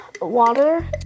Water